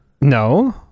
No